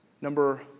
Number